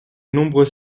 nombreux